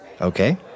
Okay